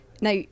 Now